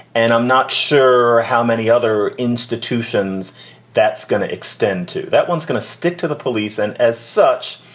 and i'm not sure how many other institutions that's going to extend to. that one's gonna stick to the police. and as such,